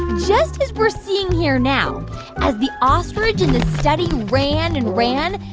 just as we're seeing here now as the ostrich in the study ran and ran,